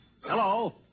Hello